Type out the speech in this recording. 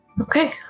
Okay